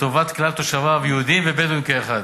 לטובת כלל תושביו, יהודים ובדואים כאחד.